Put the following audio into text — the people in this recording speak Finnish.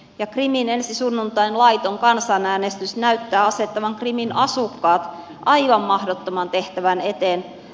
krimin ensi sunnuntain laiton kansanäänestys näyttää asettavan krimin asukkaat aivan mahdottoman tehtävän eteen